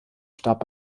starb